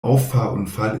auffahrunfall